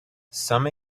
some